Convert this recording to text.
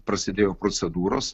prasidėjo procedūros